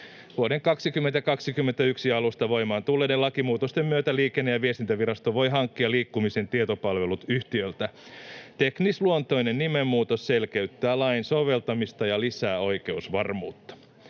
Vuoden 2021 alusta voimaan tulleiden lakimuutosten myötä Liikenne‑ ja viestintävirasto voi hankkia liikkumisen tietopalvelut yhtiöltä. Teknisluontoinen nimenmuutos selkeyttää lain soveltamista ja lisää oikeusvarmuutta.